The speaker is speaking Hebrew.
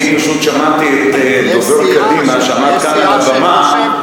אני פשוט שמעתי את דובר קדימה שעמד כאן על הבמה,